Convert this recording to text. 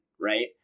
right